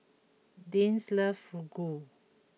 Deeann loves Fugu